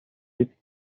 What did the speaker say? اید